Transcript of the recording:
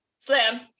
Slam